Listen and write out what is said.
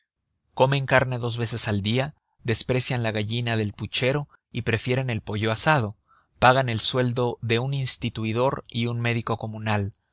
comen carne dos veces al día desprecian la gallina del puchero y prefieren el pollo asado pagan el sueldo de un instituidor y un médico comunal